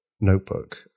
notebook